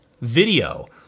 video